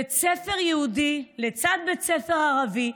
בית ספר יהודי לצד בית ספר ערבי,